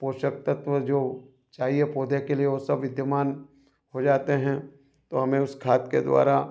पोशक तत्व जो चाहिए पौधे के लिए वह सब विद्यमान हो जाते हैं तो हमें उस खाद के द्वारा